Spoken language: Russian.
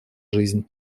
жизнь